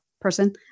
person